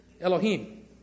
Elohim